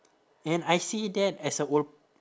and I see that as a old